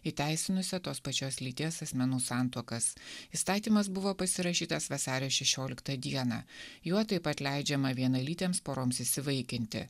įteisinusia tos pačios lyties asmenų santuokas įstatymas buvo pasirašytas vasario šešioliktą dieną juo taip pat leidžiama vienalytėms poroms įsivaikinti